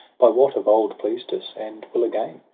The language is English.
by what of old pleased us, and will again.